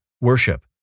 worship